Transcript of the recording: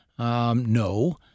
No